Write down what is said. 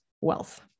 wealth